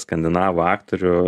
skandinavų aktorių